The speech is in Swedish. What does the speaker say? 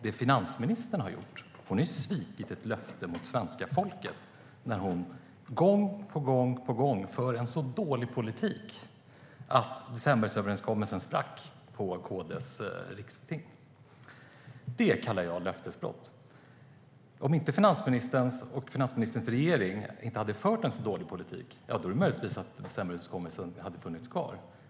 Det finansministern har gjort är att svika sitt löfte till svenska folket genom att gång på gång föra en så dålig politik att decemberöverenskommelsen sprack på KD:s riksting. Det kallar jag löftesbrott. Om inte finansministern och regeringen hade fört en så dålig politik hade decemberöverenskommelsen möjligtvis funnits kvar.